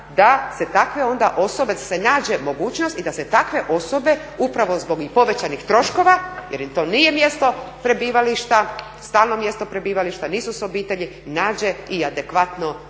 da se takve onda osobe se nađe mogućnost i da se takve osobe upravo zbog i povećanih troškova jer im to nije mjesto prebivališta, stalno mjesto prebivališta, nisu sa obitelji nađe i adekvatno